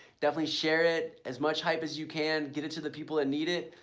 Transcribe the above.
definitely share it as much hype as you can, get it to the people that need it.